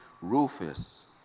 Rufus